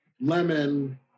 lemon